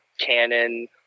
canon